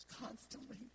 constantly